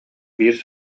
биир